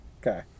Okay